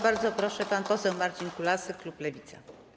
Bardzo proszę, pan poseł Marcin Kulasek, klub Lewica.